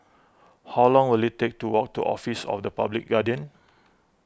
how long will it take to walk to Office of the Public Guardian